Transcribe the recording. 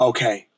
Okay